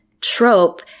trope